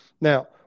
Now